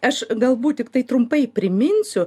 aš galbūt tiktai trumpai priminsiu